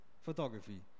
photography